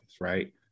right